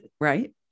right